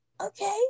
Okay